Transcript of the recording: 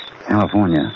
California